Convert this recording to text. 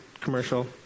commercial